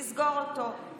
לסגור אותו.